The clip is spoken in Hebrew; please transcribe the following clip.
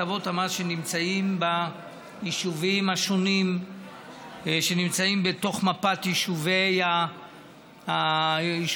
הטבות המס נמצאות ביישובים השונים שנמצאים בתוך מפת יישובי הפריפריה,